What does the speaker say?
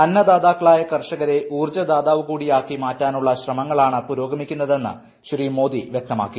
അന്നദാതാക്കളായ കർഷകരെ ഊർജ്ജദാതാവ് കൂടി ആക്കി മാറ്റാനുള്ള ശ്രമങ്ങളാണ് പുരോഗമിക്കുന്നതെന്ന് ശ്രീ മോദി വ്യക്തമാക്കി